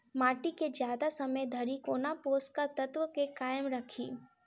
माटि केँ जियादा समय धरि कोना पोसक तत्वक केँ कायम राखि?